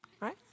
right